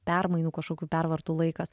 permainų kažkokių pervartų laikas